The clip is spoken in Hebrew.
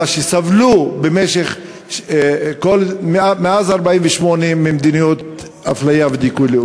שסבלו מאז 1948 ממדיניות אפליה ודיכוי לאומי.